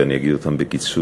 ואני אגיד אותם בקיצור.